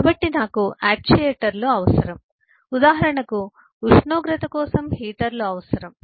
కాబట్టి నాకు ఆక్చుయేటర్లు అవసరం ఉదాహరణకు ఉష్ణోగ్రత కోసం హీటర్లు అవసరం